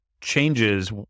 changes